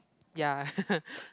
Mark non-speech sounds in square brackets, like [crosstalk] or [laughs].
ya [laughs]